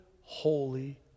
holy